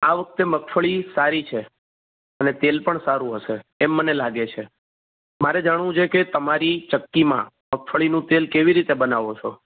આ વખતે મગફળી સારી છે અને તેલ પણ સારું હશે એમ મને લાગે છે મારે જાણવું છે કે તમારી ચક્કીમાં મગફળીનું તેલ કેવી રીતે બનાવો છો